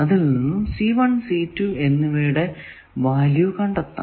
അതിൽ നിന്നും എന്നിവയുടെ വാല്യൂ കണ്ടെത്താം